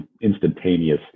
instantaneous